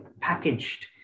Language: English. packaged